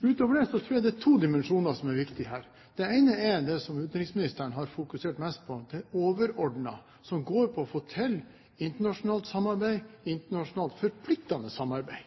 Utover det tror jeg det er to dimensjoner som er viktige her. Den ene er det som utenriksministeren har fokusert mest på, det overordnede, som går på å få til internasjonalt forpliktende samarbeid.